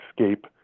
escape